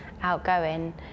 outgoing